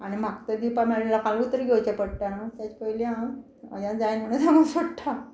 आनी म्हाका तर दिवपा मेळना लोकाल उतर घेवचें पडटा न्हू तेजे पयलीं हांव म्हज्यान जायना म्हणून सांगून सोडटा